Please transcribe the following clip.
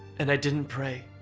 and i didn't pray.